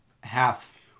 half